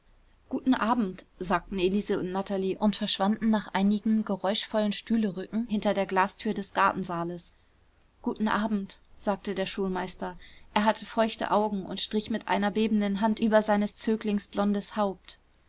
guten abend sagten elise und natalie und verschwanden nach einigem geräuschvollen stühlerücken hinter der glastür des gartensaales guten abend sagte der schulmeister er hatte feuchte augen und strich mit einer bebenden hand über seines zöglings blondes haupt